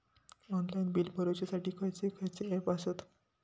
Online bill भरुच्यासाठी खयचे खयचे ऍप आसत?